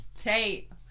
Tate